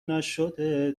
نشده